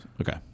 Okay